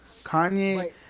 Kanye